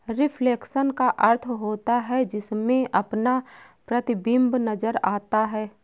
reflection का अर्थ होता है जिसमें अपना प्रतिबिंब नजर आता है